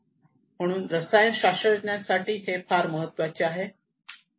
म्हणून रसायन शास्त्रज्ञांसाठी हे फार महत्त्वाचे आहे